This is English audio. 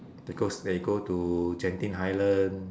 they go s~ they go to genting highland